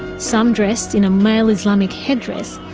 some dressed in a male islamic headdress,